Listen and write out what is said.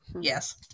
Yes